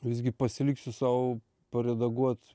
visgi pasiliksiu sau paredaguot